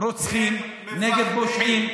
רוצחים ונגד פושעים.